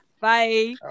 Bye